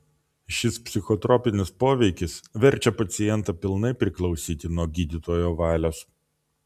šis psichotropinis poveikis verčia pacientą pilnai priklausyti nuo gydytojo valios